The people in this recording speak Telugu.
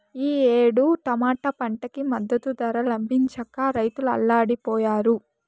ఈ ఏడు టమాటా పంటకి మద్దతు ధర లభించక రైతులు అల్లాడిపొయ్యారు